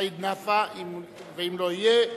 סעיד נפאע, ואם לא יהיה,